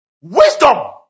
wisdom